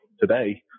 today